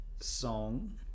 song